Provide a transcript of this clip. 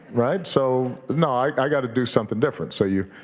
right? so, no, i gotta do something different. so you,